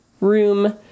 room